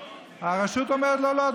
הרשות אומרת לו: לא,